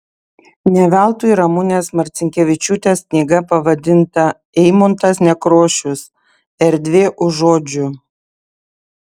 ne veltui ramunės marcinkevičiūtės knyga pavadinta eimuntas nekrošius erdvė už žodžių